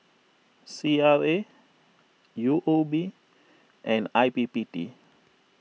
C R A U O B and I P P T